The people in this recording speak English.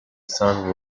sun